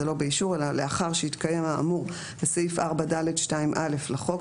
ולאחר שהתקיים האמור לסעיף 4(ד)(2)(א) לחוק,